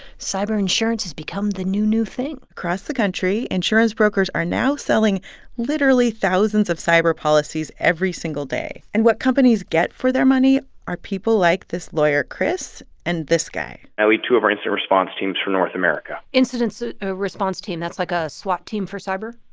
cyber insurance has become the new, new thing across the country, insurance brokers are now selling literally thousands of cyber policies every single day. and what companies get for their money are people like this lawyer chris and this guy i lead two of our incident and so response teams for north america incident so ah response team that's like a swat team for cyber?